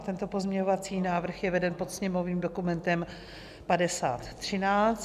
Tento pozměňovací návrh je veden pod sněmovním dokumentem 5013.